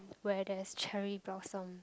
where there is cherry blossom